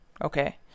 Okay